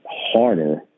harder